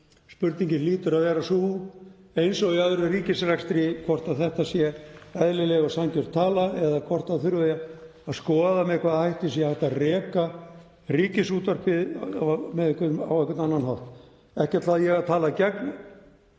spurningin hlýtur að vera sú, eins og í öðrum ríkisrekstri, hvort þetta sé eðlileg og sanngjörn tala eða hvort það þurfi að skoða með hvaða hætti sé hægt að reka Ríkisútvarpið á einhvern annan hátt. Ekki ætla ég að tala gegn